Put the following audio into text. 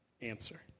answer